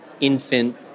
infant